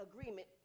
agreement